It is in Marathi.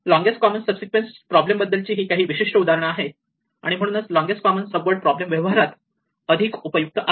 longest common subsequence problem बद्दलची ही काही विशिष्ट उदाहरणे आहेत आणि म्हणूनच longest common subword problem व्यवहारात अधिक उपयुक्त आहे